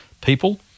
people